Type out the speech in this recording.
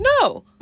No